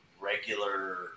regular